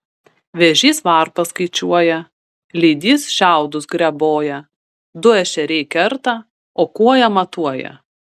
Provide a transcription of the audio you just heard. vėžys varpas skaičiuoja lydys šiaudus greboja du ešeriai kerta o kuoja matuoja